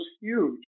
huge